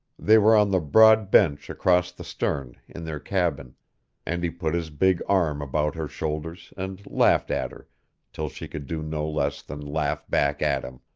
they were on the broad bench across the stern, in their cabin and he put his big arm about her shoulders and laughed at her till she could do no less than laugh back at him.